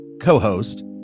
co-host